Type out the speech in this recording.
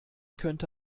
könnte